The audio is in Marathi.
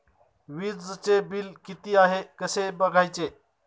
वीजचे बिल किती आहे कसे बघायचे?